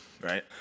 right